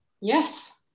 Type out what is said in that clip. yes